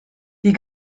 die